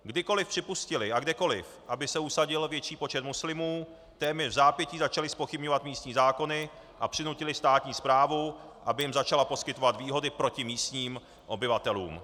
Kdykoli a kdekoli připustili, aby se usadil větší počet muslimů, téměř vzápětí začali zpochybňovat místní zákony a přinutili státní správu, aby jim začala poskytovat výhody proti místním obyvatelům.